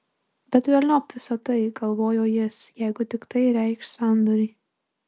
bet velniop visa tai galvojo jis jeigu tik tai reikš sandorį